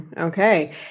Okay